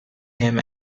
him